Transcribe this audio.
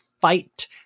fight